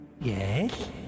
Yes